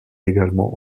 également